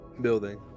building